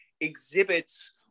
exhibits